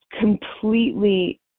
completely